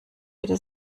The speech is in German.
bitte